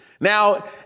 Now